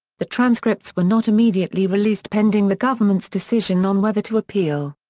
the transcripts were not immediately released pending the government's decision on whether to appeal.